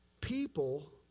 people